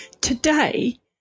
Today